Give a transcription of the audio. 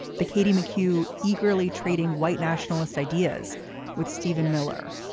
the katie mccue eagerly treating white nationalist ideas with stephen miller.